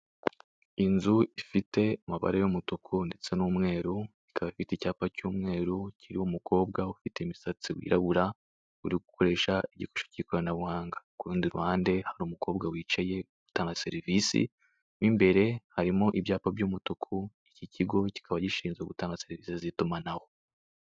Inzu ifite amabara y'umutuku ndetse n'umweru, ikaba ifite icyapa cy'umweru kiriho umukobwa ufite imisatsi wirabura, uri gukoresha igikoresho cy'ikoranabuhanga. Ku rundi ruhande hari umukobwa wicaye utanga serivisi. Mu imbere harimo ibyapa by'umutuku, iki kigo kikaba gishinzwe gutanga serivise z'itumanaho.